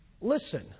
Listen